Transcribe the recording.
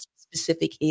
specific